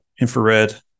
infrared